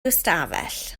ystafell